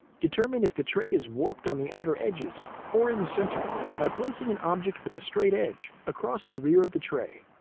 determine if the tray is warped on the outer edges or in the center by placing an object with a straight edge across the rear of the tray.